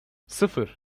sıfır